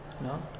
No